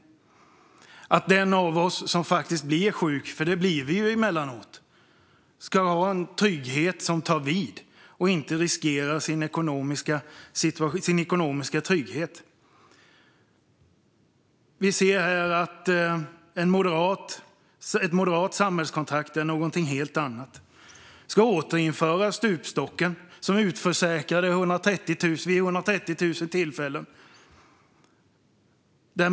För mig innebär det att den av oss som faktiskt blir sjuk - för det blir vi ju emellanåt - inte ska riskera sin ekonomiska trygghet utan ska ha en trygghet som tar vid. Vi ser här att ett moderat samhällskontrakt är någonting helt annat. Man ska återinföra stupstocken, som utförsäkrade människor vid 130 000 tillfällen.